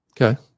Okay